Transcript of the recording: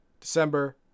December